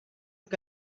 que